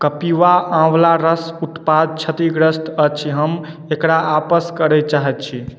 कपिवा आंवला रस उत्पाद क्षतिग्रस्त अछि हम एकरा आपस करय चाहैत छी